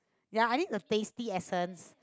ya I need the tasty accents